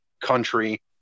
country